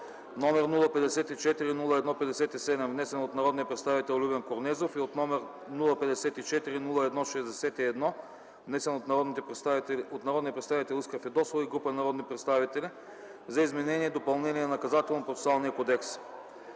№ 054-01-57, внесен от народния представител Любен Корнезов, и № 054-01-61, внесен от народния представител Искра Фидосова и група народни представители, за изменение и допълнение на Наказателно-процесуалния кодекс